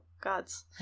gods